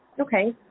Okay